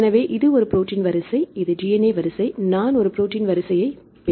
எனவே இது ஒரு ப்ரோடீன் வரிசை இது DNA வரிசைநான் ஒரு ப்ரோடீன் வரிசையை பெறுவேன்